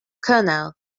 colonel